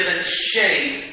shape